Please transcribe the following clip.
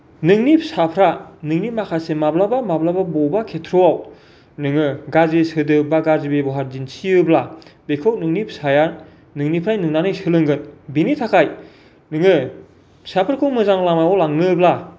नोंनि फिसाफ्रा नोंनि माखासे माब्लाबा माब्लाबा बबेबा खेत्र'आव नोङो गाज्रि सोदोब बा गाज्रि बेब'हार दिन्थियोब्ला बेखौ नोंनि फिसाया नोंनिफ्राय नुनानै सोलोंगोन बेनि थाखाय नोङो फिसाफोरखौ मोजां लामायाव लांनोब्ला